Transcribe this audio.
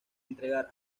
entregar